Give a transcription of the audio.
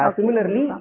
Similarly